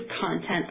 content